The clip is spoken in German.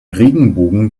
regenbogen